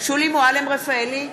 שולי מועלם-רפאלי,